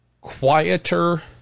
quieter